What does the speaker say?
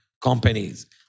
companies